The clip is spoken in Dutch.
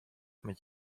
met